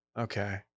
Okay